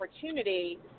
opportunity